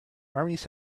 armies